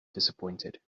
disappointed